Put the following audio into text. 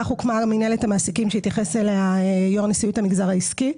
כך הוקמה מנהלת המעסיקים שהתייחס אליה יושב-ראש נשיאות המגזר העסקי.